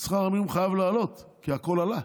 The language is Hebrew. שכר המינימום חייב לעלות, כי הכול עלה.